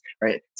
right